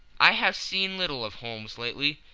i had seen little of holmes lately.